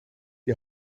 die